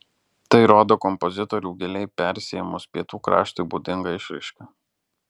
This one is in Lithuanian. tai rodo kompozitorių giliai persiėmus pietų kraštui būdinga išraiška